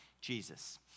jesus